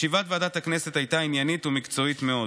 ישיבת ועדת הכנסת הייתה עניינית ומקצועית מאוד.